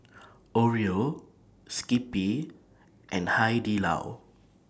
Oreo Skippy and Hai Di Lao